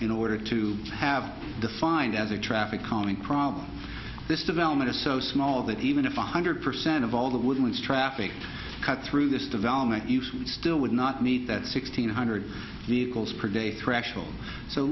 in order to have defined as a traffic calming problem this development is so small that even if one hundred percent of all the woodlands traffic cut through this development you still would not need that sixteen hundred vehicles per day